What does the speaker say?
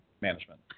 management